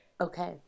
Okay